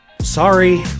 Sorry